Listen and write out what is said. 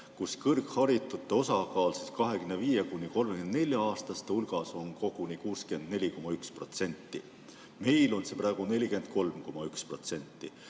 kus kõrgharitute osakaal 25–34‑aastaste hulgas on koguni 64,1%. Meil on see praegu 43,1%.